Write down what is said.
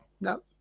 No